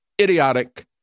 idiotic